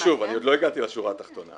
אדוני, שוב, עוד לא הגעתי לשורה התחתונה.